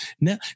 Now